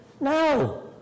No